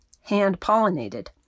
hand-pollinated